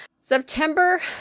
September